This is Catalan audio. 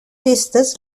festes